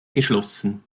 geschlossen